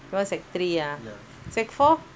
it was sec~ three ah sec~ four